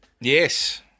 yes